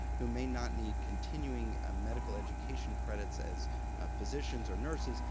who may not need continuing ah medical education credits as ah physicians or nurses,